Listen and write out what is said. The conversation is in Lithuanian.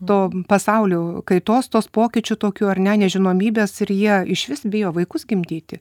to pasaulių kaitos tos pokyčių tokių ar ne nežinomybės ir jie išvis bijo vaikus gimdyti